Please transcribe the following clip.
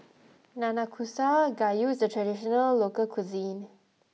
Nanakusa Gayu is a traditional local cuisine